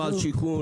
לא על שיכון,